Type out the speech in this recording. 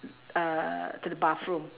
uh to the bathroom